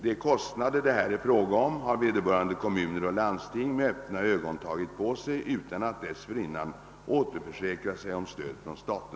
De kostnader det här är fråga om har vederbörande kommuner och landsting med öppna ögon tagit på sig utan att dessförinnan återförsäkra sig om stöd från staten.